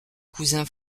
cousin